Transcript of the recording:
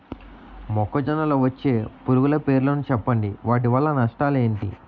మొక్కజొన్న లో వచ్చే పురుగుల పేర్లను చెప్పండి? వాటి వల్ల నష్టాలు ఎంటి?